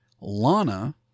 Lana